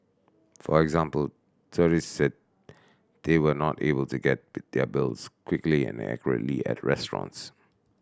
for example tourists said they were not able to get their bills quickly and accurately at restaurants